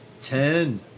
Ten